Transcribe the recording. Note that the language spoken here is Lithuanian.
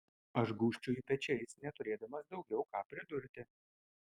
aš gūžčioju pečiais neturėdamas daugiau ką pridurti